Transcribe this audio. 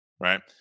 right